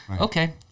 okay